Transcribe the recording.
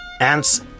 Ants